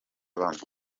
bamwe